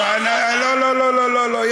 לא, לא, לא, לא.